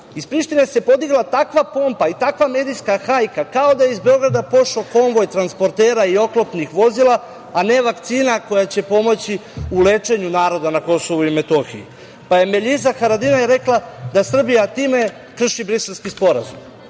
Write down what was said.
iz Prištine se podigla takva pompa i takva medijska hajka, kao da je iz Beograda pošao konvoj transportera i oklopnih vozila, a ne vakcina koja će pomoći u lečenju naroda na KiM, pa je Meljiza Haradinaj rekla da Srbija time krši Briselski sporazum. Ja